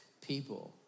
people